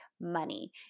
money